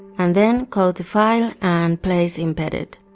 and then go to file and place embedded.